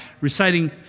reciting